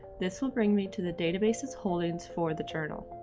this will bring me to the database's holdings for the journal.